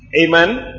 Amen